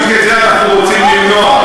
בדיוק את זה אנחנו רוצים למנוע.